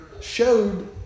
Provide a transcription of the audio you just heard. showed